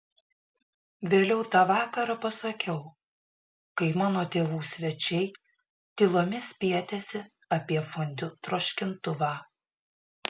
vėliau tą vakarą pasakiau kai mano tėvų svečiai tylomis spietėsi apie fondiu troškintuvą